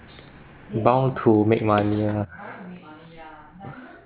bound to make money ah